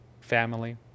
family